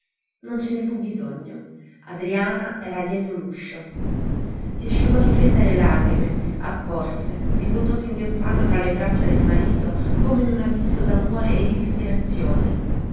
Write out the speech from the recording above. non ce ne fu bisogno adriana era dietro l'uscio si asciugò in fretta le lagrime accorse si buttò singhiozzando tra le braccia del marito come in un abisso d'amore e di disperazione